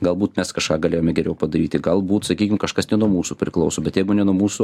galbūt mes kažką galėjome geriau padaryti galbūt sakykim kažkas ne nuo mūsų priklauso bet jeigu ne nuo mūsų